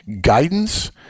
guidance